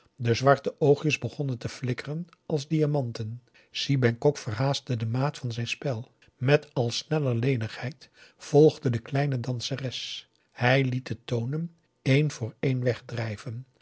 de zwarte oogjes begonnen te flikkeren als diamanten si bengkok verhaastte de maat van zijn spel met al sneller lenigheid volgde de kleine danseres hij liet de tonen een voor een wegdrijven